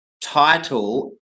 title